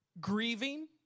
grieving